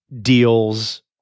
deals